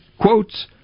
quotes